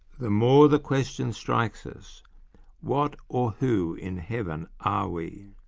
the more the question strikes us what or who in heaven ah we